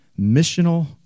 missional